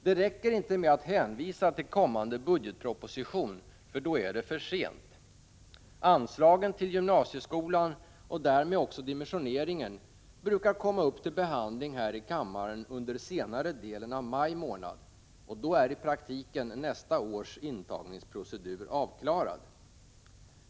Det räcker inte med att hänvisa till den kommande budgetpropositionen, för då är det för sent. Anslagen till gymnasieskolan och därmed också dimensioneringen brukar komma upp till behandling här i kammaren under senare delen av maj månad, och då är i praktiken nästa års intagningsprocedur avklarad.